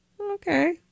okay